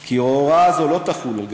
כי ההוראה הזו לא תחול על גני-ילדים,